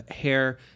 hair